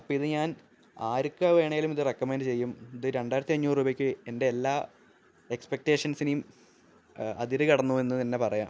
അപ്പോള് ഇത് ഞാൻ ആര്ക്ക് വേണമെങ്കിലും ഇത് റെക്കമെൻറ്റ് ചെയ്യും ഇത് രണ്ടായിരത്തി അഞ്ഞൂറ് രൂപയ്ക്ക് എന്റെ എല്ലാ എക്സ്പെക്റ്റേഷൻസിനേയും അതിര് കടന്നു എന്നു തന്നെ പറയാം